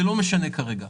זה לא משנה כרגע.